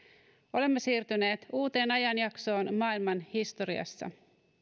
olemme siirtyneet uuteen ajanjaksoon maailmanhistoriassa